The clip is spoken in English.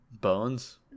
Bones